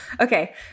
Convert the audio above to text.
Okay